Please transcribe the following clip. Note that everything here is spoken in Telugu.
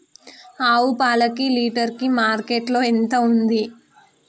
ఆవు పాలకు లీటర్ కి మార్కెట్ లో ఎంత ఉంది?